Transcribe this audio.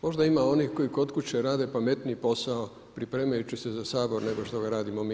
Možda ima onih koji kod kuće rade pametniji posao pripremajući se za Sabor nego što ga radimo mi ovdje.